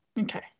Okay